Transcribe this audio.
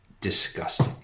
disgusting